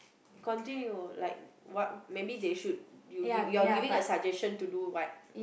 continue like what maybe they should to give you're giving a suggestion to do what